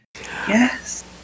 yes